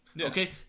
Okay